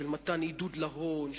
של מתן עידוד להון,